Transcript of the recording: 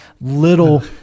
little